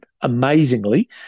amazingly